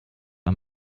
are